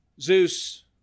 Zeus